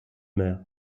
mer